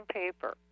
paper